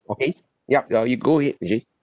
okay ya uh you go ahead you see